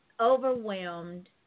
overwhelmed